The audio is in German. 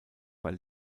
bei